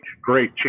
great